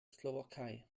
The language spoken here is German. slowakei